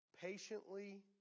Patiently